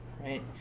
right